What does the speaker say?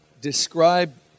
describe